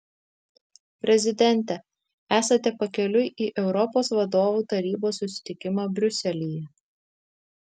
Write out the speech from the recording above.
prezidente esate pakeliui į europos vadovų tarybos susitikimą briuselyje